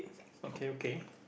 okay okay